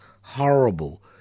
horrible